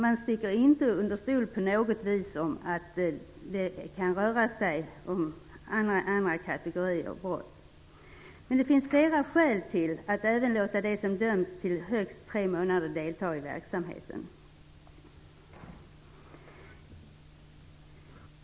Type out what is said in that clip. Man sticker inte på något vis under stol med att det kan röra sig om andra kategorier brott. Men det finns flera skäl till att även låta dem som döms till högst tre månader delta i verksamheten.